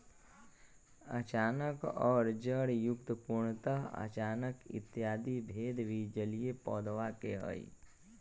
अचानक और जड़युक्त, पूर्णतः अचानक इत्यादि भेद भी जलीय पौधवा के हई